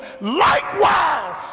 likewise